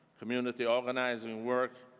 community organizing work,